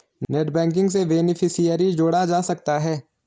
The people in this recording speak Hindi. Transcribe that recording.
नेटबैंकिंग से बेनेफिसियरी जोड़ा जा सकता है